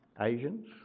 Asians